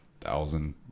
thousand